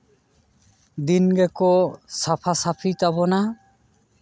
ᱫᱤᱱ ᱜᱮᱠᱚ ᱥᱟᱯᱷᱟ ᱥᱟᱹᱯᱷᱤ ᱛᱟᱵᱚᱱᱟ